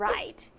Right